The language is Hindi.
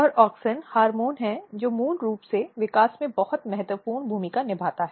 और ऑक्सिन हार्मोन है जो मूल विकास में बहुत महत्वपूर्ण भूमिका निभाता है